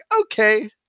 okay